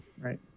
Right